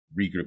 Regroup